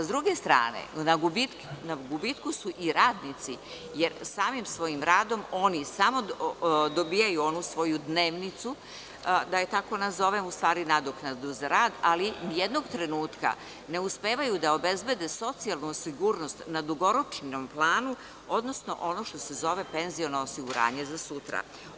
S druge strane, na gubitku su i radnici, jer samim svojim radom oni samo dobijaju onu svoju dnevnicu, da je tako nazovem, u stvari nadoknadu za rad, ali ni jednog trenutka ne uspevaju da obezbede socijalnu sigurnost na dugoročnom planu, odnosno ono što se zove penziono osiguranje za sutra.